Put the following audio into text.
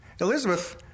Elizabeth